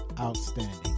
outstanding